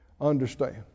understand